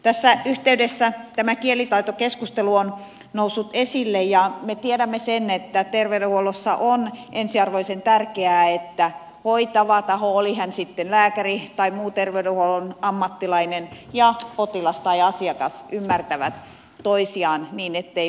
tässä yhteydessä tämä kielitaitokeskustelu on noussut esille ja me tiedämme sen että terveydenhuollossa on ensiarvoisen tärkeää että hoitava taho oli hän sitten lääkäri tai muu terveydenhuollon ammattilainen ja potilas tai asiakas ymmärtävät toisiaan niin ettei väärinkäsityksiä tule